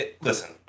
Listen